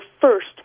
first